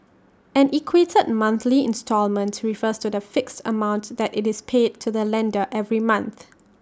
an equated monthly instalment refers to the fixed amount that IT is paid to the lender every month